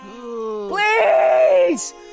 Please